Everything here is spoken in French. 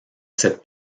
cette